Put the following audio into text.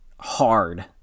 hard